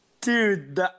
dude